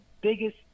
biggest